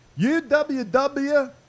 UWW